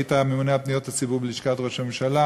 היית ממונה על פניות הציבור בלשכת ראש הממשלה.